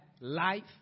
life